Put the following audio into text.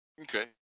okay